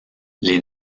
les